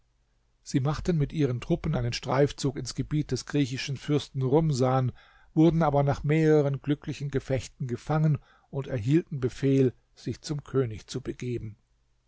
sie machten mit ihren truppen einen streifzug ins gebiet des griechischen fürsten rumsan wurden aber nach mehreren glücklichen gefechten gefangen und erhielten befehl sich zum könig zu begeben